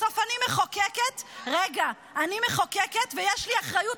בסוף אני מחוקקת -- המילה שלו לא מספיקה לך?